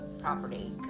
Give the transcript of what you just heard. property